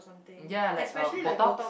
ya like um botox